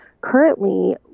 Currently